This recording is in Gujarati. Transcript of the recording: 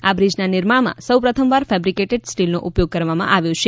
આ બ્રિજના નિર્માણમાં સૌ પ્રથમવાર ફેબ્રિકેટેડ સ્ટીલનો ઉપયોગ કરવામાં આવ્યો છે